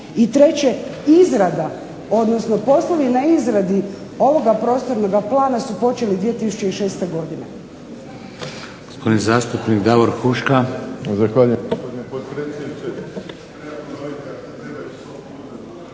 I treće, izrada, odnosno poslovi na izradi ovoga prostornoga plana su počeli 2006. godine.